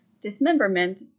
dismemberment